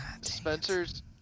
Spencer's